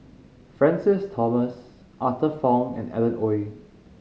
Francis Thomas Arthur Fong and Alan Oei